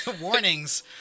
warnings